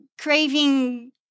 craving